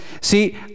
see